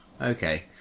okay